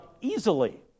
easily